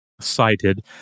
cited